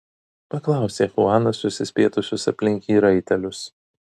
paklausė chuanas susispietusius aplink jį raitelius